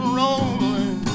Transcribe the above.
rolling